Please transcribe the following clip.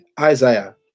Isaiah